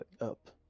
Up